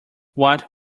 what